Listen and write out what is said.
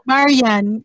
Marian